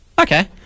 Okay